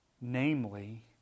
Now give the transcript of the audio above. Namely